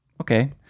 Okay